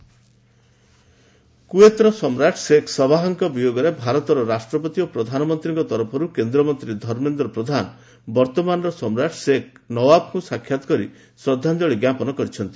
Kuwait ସମ୍ରାଟ କ୍ୱଏତର ସମ୍ରାଟ ଶେଖ ସବାହଙ୍କ ବିୟୋଗରେ ଭାରତର ରାଷ୍ଟ୍ରପତି ଓ ପ୍ରଧାନମନ୍ତ୍ରୀଙ୍କ ତରଫରୁ କେନ୍ଦ୍ରମନ୍ତ୍ରୀ ଧର୍ମେନ୍ଦ୍ର ପ୍ରଧାନ ବର୍ତ୍ତମାନର ସମ୍ରାଟ ଶେଖ ନୱାଫଙ୍କୁ ସାକ୍ଷାତ କରି ଶ୍ରଦ୍ଧାଞ୍ଚଳି ଜ୍ଞାପନ କରିଛନ୍ତି